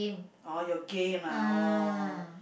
oh your game lah oh